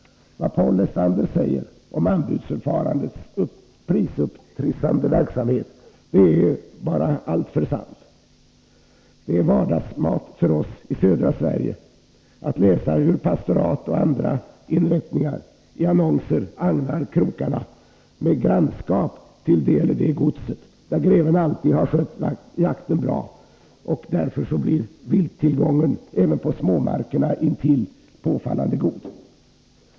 Vad Paul Lestander säger om anbudsförfarandets prisupptrissande egenskaper är bara alltför sant. Det är vardagsmat för oss i södra Sverige att läsa hur pastorat och andra inrättningar i annonser agnar krokarna med grannskap till det eller det godset, där greven alltid har skött jakten så bra att vilttillgången även på småmarkerna intill är påfallande god.